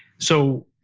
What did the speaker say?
so,